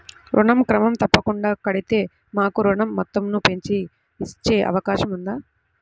ఋణం క్రమం తప్పకుండా కడితే మాకు ఋణం మొత్తంను పెంచి ఇచ్చే అవకాశం ఉందా?